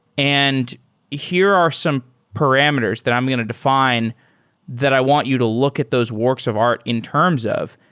and here are some parameters that i'm going to define that i want you to look at those works of art in terms of,